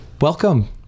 Welcome